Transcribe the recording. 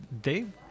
Dave